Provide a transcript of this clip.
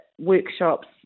workshops